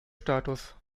status